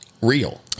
real